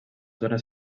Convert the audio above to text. zona